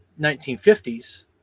1950s